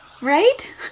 right